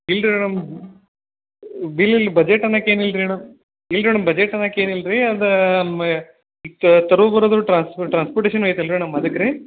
ಇಲ್ಲ ರೀ madam bill ಇಲ್ಲ ಬಜೆಟ್ ಅನ್ನಕ್ಕೆ ಏನೂ ಇಲ್ಲ ರೀ ಮೇಡಮ್ ಇಲ್ಲ ರೀ ಮೇಡಮ್ ಬಜೆಟ್ ಅನ್ನಕ್ಕೆ ಏನೂ ಇಲ್ಲ ರೀ ಅದೇ ಮಾ ಇಕ್ತ್ ತರು ಬರೋದು ಟ್ರಾನ್ಸ್ಪೋರ್ಟೇಷನ್ ಐತಲ್ಲ ರೀ ಮೇಡಮ್ ಅದಕ್ಕೆ ರೀ